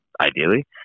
ideally